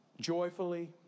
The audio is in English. joyfully